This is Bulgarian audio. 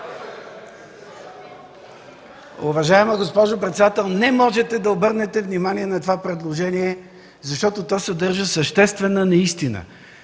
Уважаема госпожо председател, не можете да обърнете внимание на това предложение, защото то съдържа съществена неистина.